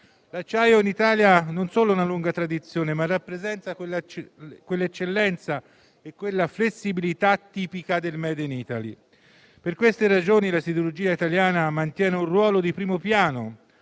L'acciaio in Italia non solo ha una lunga tradizione, ma rappresenta l'eccellenza e la flessibilità tipiche del *made in Italy*. Per queste ragioni, la siderurgia italiana mantiene un ruolo di primo piano